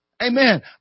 Amen